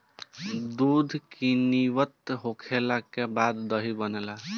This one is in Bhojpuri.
दूध किण्वित होखला के बाद दही बनेला